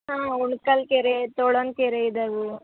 ಹಾಂ ಉಣ್ಕಲ್ ಕೆರೆ ತೋಳನ ಕೆರೆ ಇದಾವು